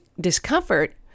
discomfort